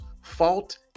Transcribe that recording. fault